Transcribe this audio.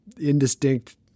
indistinct